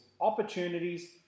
opportunities